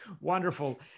wonderful